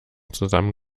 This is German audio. zusammen